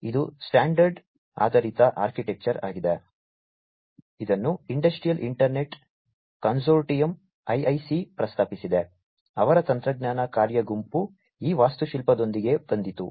ಆದ್ದರಿಂದ ಇದು ಸ್ಟ್ಯಾಂಡರ್ಡ್ ಆಧಾರಿತ ಆರ್ಕಿಟೆಕ್ಚರ್ ಆಗಿದೆ ಇದನ್ನು ಇಂಡಸ್ಟ್ರಿಯಲ್ ಇಂಟರ್ನೆಟ್ ಕನ್ಸೋರ್ಟಿಯಂ ಐಐಸಿ ಪ್ರಸ್ತಾಪಿಸಿದೆ ಅವರ ತಂತ್ರಜ್ಞಾನ ಕಾರ್ಯ ಗುಂಪು ಈ ವಾಸ್ತುಶಿಲ್ಪದೊಂದಿಗೆ ಬಂದಿತು